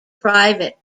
private